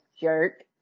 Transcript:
jerk